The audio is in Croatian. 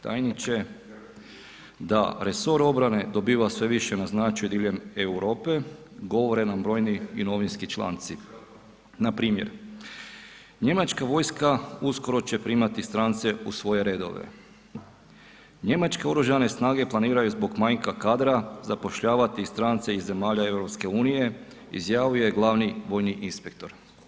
tajniče da resor obrane dobiva sve više na značaju diljem Europe govore nam brojni i novinski članci npr. njemačka vojska uskoro će primati strance u svoje redove, njemačke oružane snage planiraju zbog manjka kadra zapošljavati strance iz zemalja EU izjavio je glavni vojni inspektor.